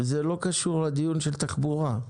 באנו בזמן הפגרה.